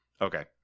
Okay